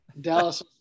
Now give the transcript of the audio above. Dallas